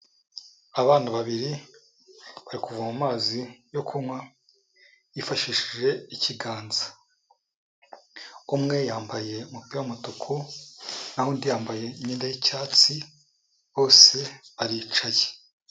Abana babiri bari kuvoma amazi yo kunywa yifashishije ikiganza, umwe yambaye umupira w'umutuku naho undi yambaye imyenda y'icyatsi, bose baricaye.